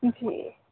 जी